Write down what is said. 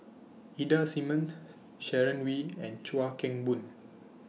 Ida Simmons Sharon Wee and Chuan Keng Boon